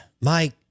Mike